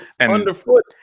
underfoot